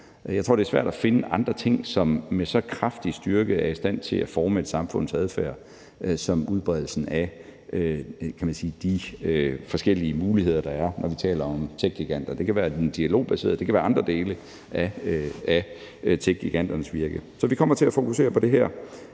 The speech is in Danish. Jeg tror, det er svært at finde andre ting, som med så kraftig styrke er i stand til at forme et samfunds adfærd som udbredelsen af de forskellige muligheder, der er, når vi taler om techgiganter. Det kan være den dialogbaserede del, og det kan være andre dele af techgiganternes virke. Så vi kommer til at fokusere på det her,